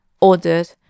ordered